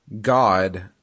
God